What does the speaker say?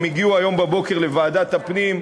הם הגיעו היום בבוקר לוועדת הפנים,